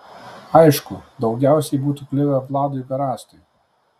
aišku daugiausiai būtų kliuvę vladui garastui